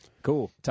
Cool